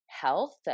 health